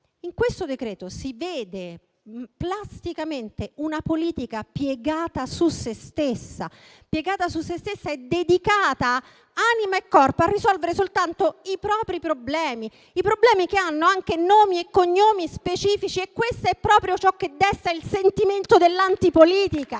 In questo decreto-legge si vede plasticamente una politica piegata su se stessa e dedicata anima e corpo a risolvere soltanto i propri problemi, i problemi che hanno anche nomi e cognomi specifici. Questo è proprio ciò che desta il sentimento dell'antipolitica,